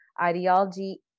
ideology